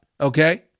okay